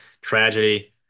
tragedy